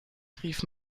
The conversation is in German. rief